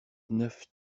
neuf